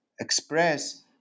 express